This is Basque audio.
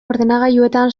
ordenagailuetan